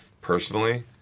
Personally